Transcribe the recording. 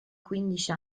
quindici